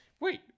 Wait